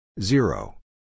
Zero